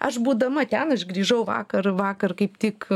aš būdama ten aš grįžau vakar vakar kaip tik